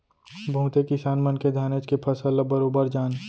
बहुते किसान मन के धानेच के फसल ल बरोबर जान